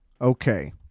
Okay